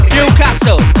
Newcastle